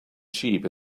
sheep